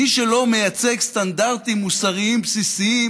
מי שלא מייצג סטנדרטים מוסריים בסיסיים